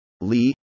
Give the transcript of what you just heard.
Lee